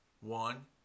one